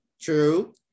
true